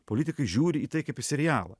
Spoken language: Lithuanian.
politikai žiūri į tai kaip į serialą